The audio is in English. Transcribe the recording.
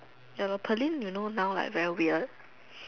ya lor Pearlyn you know now like very weird